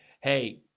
hey